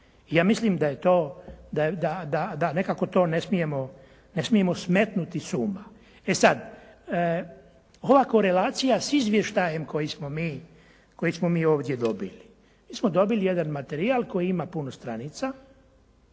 da je to, da nekako to ne smijemo smetnuti s uma. E sad, ova korelacija s izvještajem koji smo mi ovdje dobili. Mi smo dobili jedan materijal koji ima puno stranica.